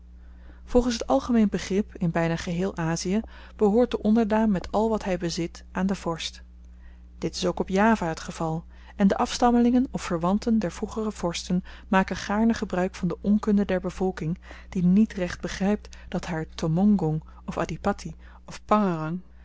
volgens het algemeen begrip in byna geheel azie behoort de onderdaan met al wat hy bezit aan den vorst dit is ook op java het geval en de afstammelingen of verwanten der vroegere vorsten maken gaarne gebruik van de onkunde der bevolking die niet recht begrypt dat haar tommongong of adhipatti of